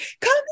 come